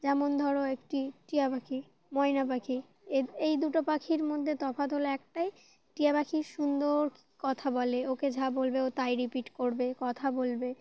যেমন ধরো একটি টিয়া পাখি ময়না পাখি এ এই দুটো পাখির মধ্যে তফাত হল একটাই টিয়া পাখির সুন্দর কথা বলে ওকে যা বলবে ও তাই রিপিট করবে কথা বলবে